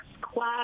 class